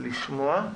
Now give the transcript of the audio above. לשמוע.